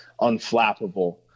unflappable